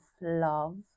love